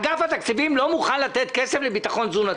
אגף התקציבים לא מוכן לתת כסף לביטחון תזונתי.